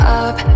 up